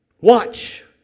Watch